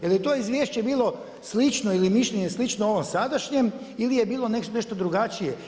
Je li to izvješće bilo slično ili mišljenje slično ovom sadašnjem ili je bilo nešto drugačije?